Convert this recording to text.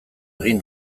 egin